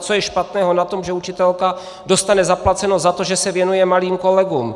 Co je špatného na tom, že učitelka dostane zaplaceno za to, že se věnuje malým kolegům?